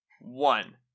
One